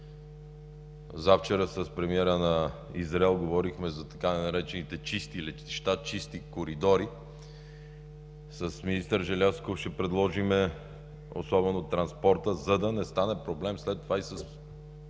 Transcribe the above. Завчера с премиера на Израел говорихме за така наречените чисти летища, чисти коридори. С министър Желязков ще предложим особено за транспорта, за да не стане проблем след това и с